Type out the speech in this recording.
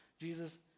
Jesus